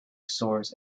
sores